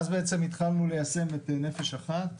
ואז בעצם התחלנו ליישם את "נפש אחת".